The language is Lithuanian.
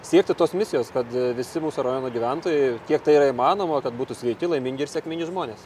siekti tos misijos kad visi mūsų rajono gyventojai kiek tai yra įmanoma kad būtų sveiki laimingi ir sėkmingi žmonės